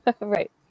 Right